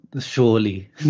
surely